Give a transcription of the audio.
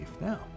now